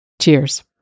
cheers